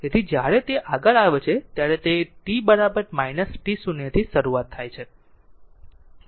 તે જ રીતે જ્યારે તે આગળ આવે છે ત્યારે તે t t 0 થી શરૂ થાય છે